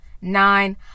Nine